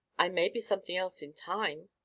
i may be something else in time,